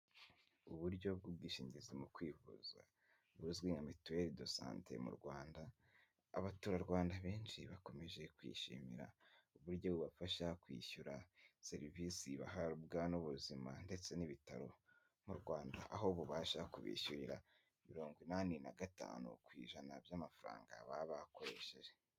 Uburyo bw'ubwishingizi mu kwivuza buzwi nka mituwere de sante mu Rwanda, abaturarwanda benshi bakomeje kuyishimira uburyo bubafasha kwishyura serivisi bahabwa n'ubuzima, ndetse n'ibitaro mu Rwanda, aho bubasha kubishyurira mirongo inani na gatanu ku ijana by'amafaranga baba bakoresheje.